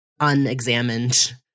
unexamined